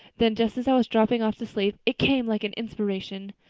then, just as i was dropping off to sleep, it came like an inspiration.